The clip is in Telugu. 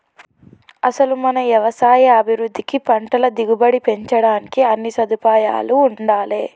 అసలు మన యవసాయ అభివృద్ధికి పంటల దిగుబడి పెంచడానికి అన్నీ సదుపాయాలూ ఉండాలే